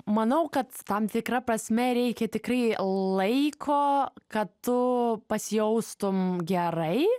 manau kad tam tikra prasme reikia tikrai laiko kad tu pasijaustum gerai